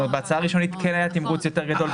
בהצעה הראשונית כן היה תמרוץ יותר גדול.